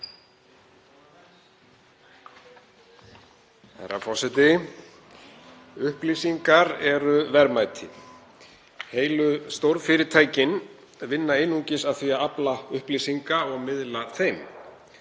Herra forseti. Upplýsingar eru verðmæti. Heilu stórfyrirtækin vinna einungis að því að afla upplýsinga og miðla þeim.